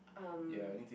um